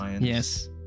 yes